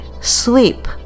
Sleep